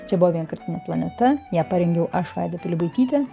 čia buvo vienkartinė planeta ją parengiau aš vaida pilibaitytė